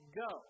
go